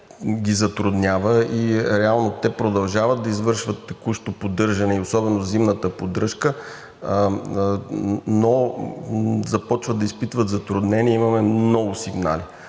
ги затруднява, реално те продължават да извършват текущо поддържане и особено зимната поддръжка, но започват да изпитват затруднения. Имаме много сигнали,